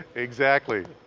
exactly.